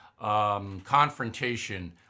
confrontation